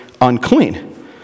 unclean